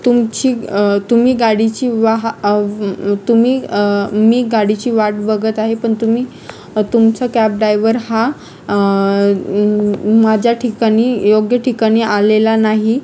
तुमची तुम्ही गाडीची वहा तुम्ही मी गाडीची वाट बघत आहे पण तुम्ही तुमचा कॅब डायवर हा माझ्या ठिकाणी योग्य ठिकाणी आलेला नाही